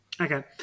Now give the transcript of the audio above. Okay